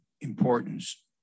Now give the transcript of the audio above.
importance